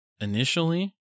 initially